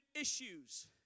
issues